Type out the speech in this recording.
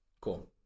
Cool